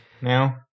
now